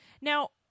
Now